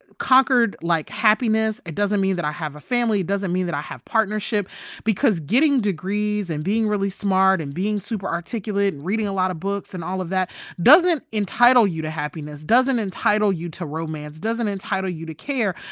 conquered, like, happiness. it doesn't mean that i have a family. it doesn't mean that i have partnership because getting degrees and being really smart and being super articulate and reading a lot of books and all of that doesn't entitle you to happiness, doesn't entitle entitle you to romance, doesn't entitle you to care.